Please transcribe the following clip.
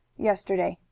yesterday,